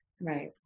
Right